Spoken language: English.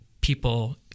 people